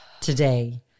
today